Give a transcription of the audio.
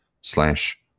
slash